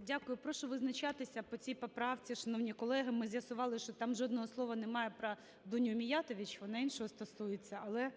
Дякую. Прошу визначатися по цій поправці, шановні колеги. Ми з'ясували, що там жодного слова немає про Дуню Міятович, вона іншого стосується. Але